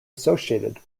associated